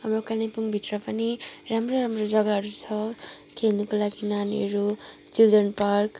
हाम्रो कालिम्पोङभित्र पनि राम्रो राम्रो जग्गाहरू छ खेल्नुको लागि नानीहरू चिल्ड्रेन पार्क